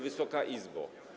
Wysoka Izbo!